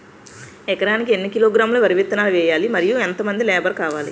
ఎకరానికి ఎన్ని కిలోగ్రాములు వరి విత్తనాలు వేయాలి? మరియు ఎంత మంది లేబర్ కావాలి?